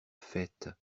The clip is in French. faîte